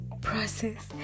process